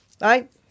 Right